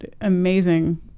amazing